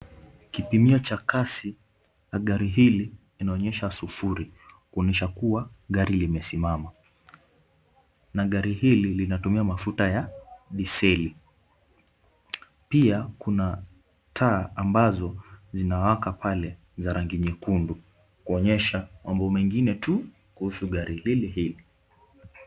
Kipimia cha kasi la gari hili inaonyesha sufuri kuonyesha kuwa gari limesimama na hili linatumia mafuta ya diseli, pia kuna taa ambazo zinawaka pale za rangi nyekundu kuonyesha mambo mengine tu kuhusu gari lili hili.